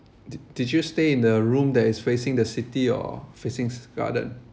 did did you stay in the room that is facing the city or facing garden